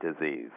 disease